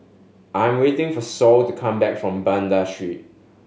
I'm waiting for Saul to come back from Banda Street